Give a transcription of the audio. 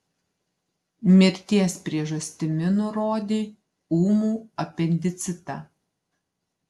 mirties priežastimi nurodė ūmų apendicitą